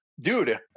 Dude